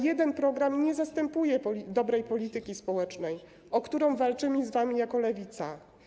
Ale jeden program nie zastępuje dobrej polityki społecznej, o którą walczymy z wami jako Lewica.